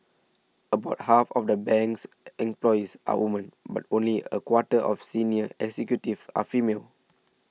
about half of the bank's employees are woman but only a quarter of senior executives are female